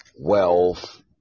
wealth